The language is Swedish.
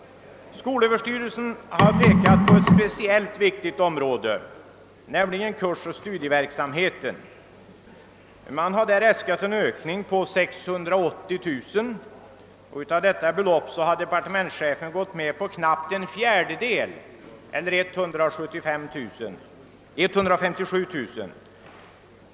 Skolöverstyrelsen har framhållit ett speciellt viktigt område, nämligen kursoch studieverksamheten. Man har äskat en ökning av anslaget med 680 000 kronor. Av detta belopp har departementschefen gått med på knappt en fjärdedel, eller 157 000 kronor.